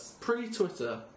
pre-Twitter